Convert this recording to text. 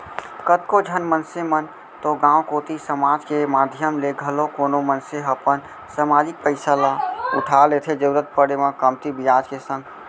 कतको झन मनसे मन तो गांव कोती समाज के माधियम ले घलौ कोनो मनसे ह अपन समाजिक पइसा ल उठा लेथे जरुरत पड़े म कमती बियाज के संग